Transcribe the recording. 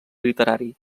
literari